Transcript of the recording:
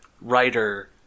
writer